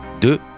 de